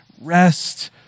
rest